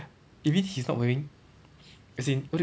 maybe he's not wearing as in